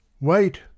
Wait